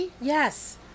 Yes